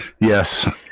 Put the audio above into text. Yes